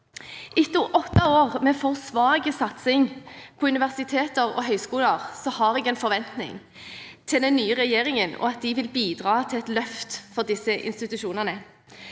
Etter åtte år med for svak satsing på universiteter og høyskoler har jeg forventninger til at den nye regjeringen vil bidra til et løft for disse institusjonene.